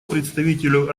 представителю